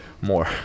more